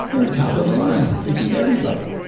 they were top of the line! they beat everybody!